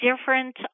different